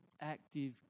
active